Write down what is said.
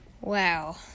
Wow